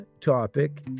topic